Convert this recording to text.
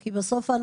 כי בסופו של דבר,